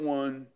one